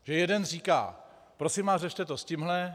Jeden říká: Prosím vás, řešte to s tímhle.